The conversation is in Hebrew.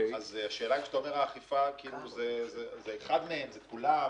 השאלה אם כשאתה אומר אכיפה, זה אחד מהם, זה כולם?